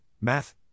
math